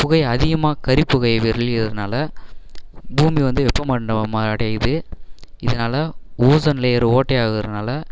புகையை அதிகமாக கரிப்புகையை வெளியிடுறனால பூமி வந்து வெப்ப மண்டபம் அடையுது இதனால் ஓசோன் லேயர் ஓட்டை ஆகிறனால